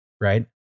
right